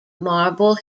marble